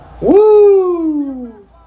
Woo